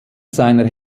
seiner